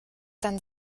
denn